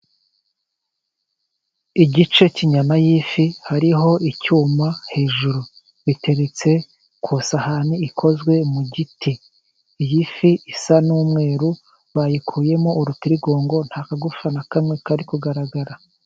Igice cy'inyama y'ifi hariho icyuma hejuru. Biteretse ku isahani ikozwe mu giti. Iyi fi isa n'umweru bayikuyemo urutirigongo, nta kagufa na kamwe kari kugaragara.